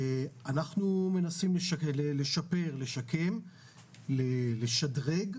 אנחנו מנסים לשפר, לשקם, לשדרג,